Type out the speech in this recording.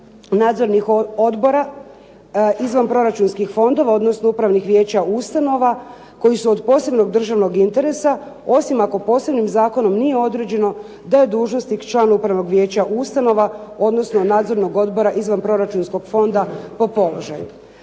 nadzornih odbora izvanproračunskih fondova odnosno upravnih vijeća ustanova koje su od posebnog državnog interesa osim ako posebnim zakonom nije određeno da je dužnost upravnog vijeća ustanova odnosno nadzornog odbora izvanproračunskog fonda po položaju.